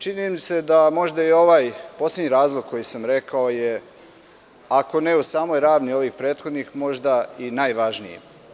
Čini mi se da je možda i ovaj poslednji razlog koji sam rekao, ako ne u samoj ravni ovih prethodnih, možda i najvažniji.